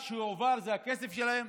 מה שהועבר זה הכסף שלהם.